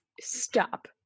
stop